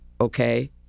Okay